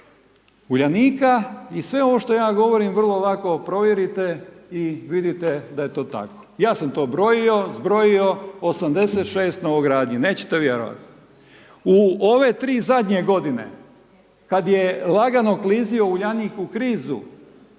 Uljanika i sve ovo što ja govorim, vrlo lako provjerite i vidite da je to tako. Ja sam to brojio, zbrojio 86 novogradnji, nećete vjerovati. U ove 3 zadnje g. kada je lagano klizio Uljanik u krizu,